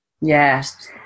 Yes